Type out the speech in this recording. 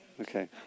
Okay